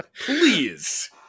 Please